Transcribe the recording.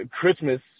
Christmas